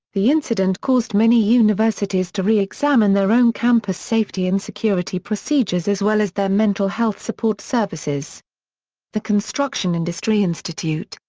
the incident caused many universities to re-examine their own campus safety and security procedures as well as their mental health support services the construction industry institute,